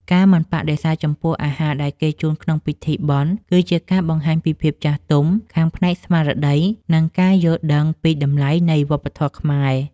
ការមិនបដិសេធចំពោះអាហារដែលគេជូនក្នុងពិធីបុណ្យ គឺជាការបង្ហាញពីភាពចាស់ទុំខាងផ្នែកស្មារតី និងការយល់ដឹងពីតម្លៃនៃវប្បធម៌ខ្មែរ។